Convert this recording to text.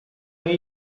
new